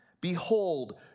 Behold